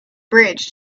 bridge